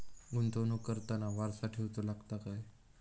गुंतवणूक करताना वारसा ठेवचो लागता काय?